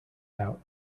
out